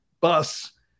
bus